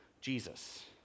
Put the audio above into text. Jesus